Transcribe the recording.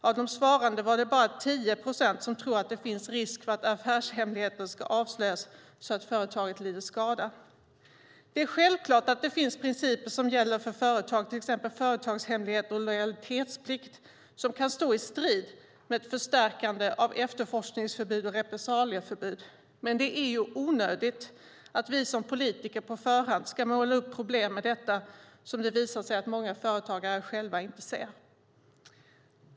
Av de svarande var det bara 10 procent som trodde att det fanns risk för att affärshemligheter skulle avslöjas så att företaget lider skada. Det är självklart att det finns principer som gäller för företag, till exempel företagshemligheter och lojalitetsplikt, som kan stå i strid med ett förstärkande av efterforskningsförbud och repressalieförbud. Men det är ju onödigt att vi som politiker på förhand målar upp problem med detta som det visar sig att många företagare själva inte ser.